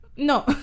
No